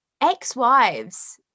Ex-wives